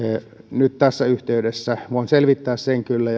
nyt tässä yhteydessä voin selvittää sen kyllä